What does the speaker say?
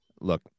Look